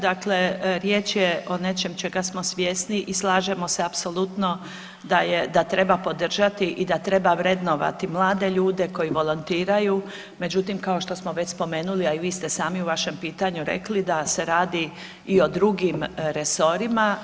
Dakle, riječ je o nečemu čega smo svjesni i slažemo se apsolutno da treba podržati i da treba vrednovati mlade ljude koji volontiraju, međutim kao što smo već spomenuli, a i vi ste sami u vašem pitanju rekli da se radi i o drugim resorima.